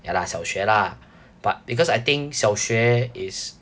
ya lah 小学 lah but because I think 小学 is